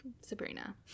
Sabrina